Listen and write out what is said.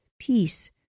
peace